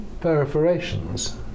Perforations